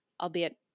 albeit